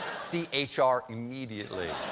see h r. immediately.